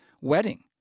wedding